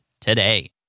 today